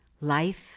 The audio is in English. life